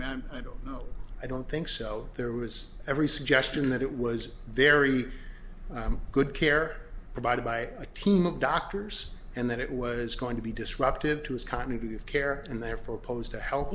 man i don't know i don't think so there was every suggestion that it was very good care provided by a team of doctors and that it was going to be disruptive to his continuity of care and therefore opposed to he